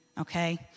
okay